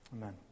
Amen